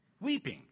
weeping